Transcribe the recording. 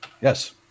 Yes